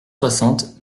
soixante